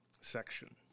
section